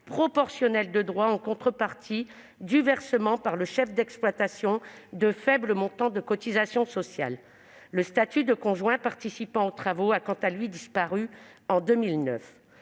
proportionnelle de droit, en contrepartie du versement, par le chef d'exploitation, de faibles montants de cotisations sociales. Le statut de conjoint participant aux travaux a, quant à lui, disparu en 2009.